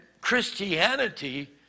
Christianity